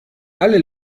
alle